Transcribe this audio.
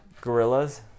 Gorillas